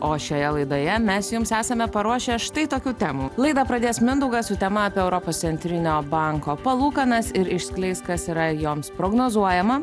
o šioje laidoje mes jums esame paruošę štai tokių temų laidą pradės mindaugas su tema apie europos centrinio banko palūkanas ir išskleis kas yra joms prognozuojama